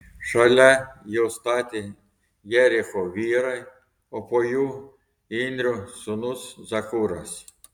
šalia jo statė jericho vyrai o po jų imrio sūnus zakūras